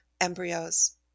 embryos